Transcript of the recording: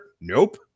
Nope